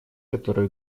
которую